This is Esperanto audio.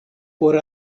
por